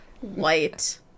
white